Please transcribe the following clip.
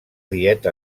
dieta